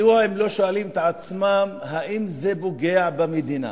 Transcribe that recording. מדוע הם לא שואלים את עצמם האם זה פוגע במדינה?